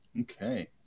Okay